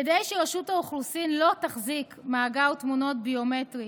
כדי שרשות האוכלוסין לא תחזיק מאגר תמונות ביומטרי